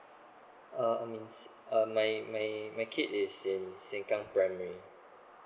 uh I mean s~ uh my my my kid is in sengkang primary